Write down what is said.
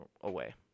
away